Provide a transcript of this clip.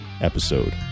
episode